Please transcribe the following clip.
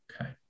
Okay